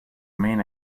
main